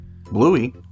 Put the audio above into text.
Bluey